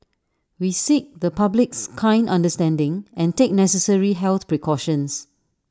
we seek the public's kind understanding and take necessary health precautions